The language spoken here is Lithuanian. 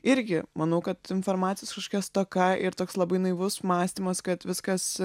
irgi manau kad informacijos kažkokia stoka ir toks labai naivus mąstymas kad viskas